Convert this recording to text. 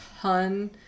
ton